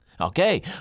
Okay